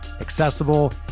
accessible